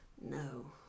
No